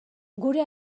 gure